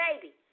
baby